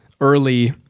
early